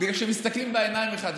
בגלל שכשמסתכלים בעיניים אחד לשני,